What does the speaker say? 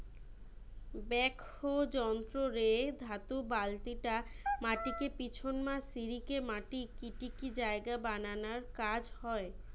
backhoe যন্ত্র রে ধাতু বালতিটা মাটিকে পিছনমা সরিকি মাটি কাটিকি জায়গা বানানার কাজ হয়